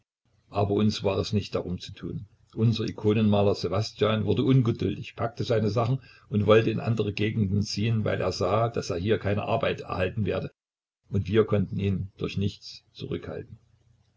aber uns war es nicht darum zu tun unser ikonenmaler ssewastjan wurde ungeduldig packte seine sachen und wollte in andere gegenden ziehen weil er sah daß er hier keine arbeit erhalten werde und wir konnten ihn durch nichts zurückhalten